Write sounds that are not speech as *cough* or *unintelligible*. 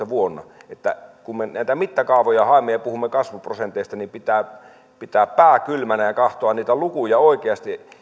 *unintelligible* vuonna kaksituhattayhdeksäntoista kun me näitä mittakaavoja haemme ja puhumme kasvuprosenteista niin pitää pitää pää kylmänä ja katsoa niitä lukuja oikeasti